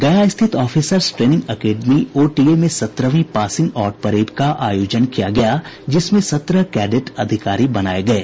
गया स्थित officers training academy OTA में सत्रहवीं पासिंग आउट परेड का आयोजन किया गया जिसमें सत्रह कैडेट अधिकारी बनाये गये